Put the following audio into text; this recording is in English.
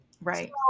Right